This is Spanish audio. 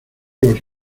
los